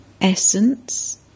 Essence